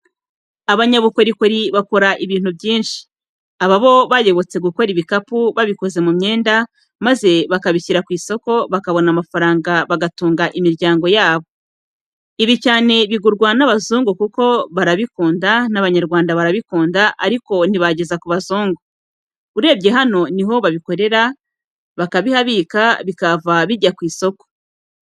Abanyabukorikori bakora ibintu byinshi, ababo bayobotse gukora ibikapu babikoze mu myenda maze bakabishyira ku isoko, bakabona amafaranga bagatunga imiryango yabo. Ibi cyane bigurwa n'abazungu kuko barabikunda n'Abanyarwanda barabikunda ariko ntibageza ku bazungu. Urebye hano ni ho babikorera, bakabihabika bikahava bijya ku isoko.